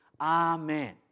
amen